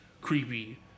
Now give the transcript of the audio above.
Creepy